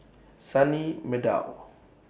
Sunny Meadow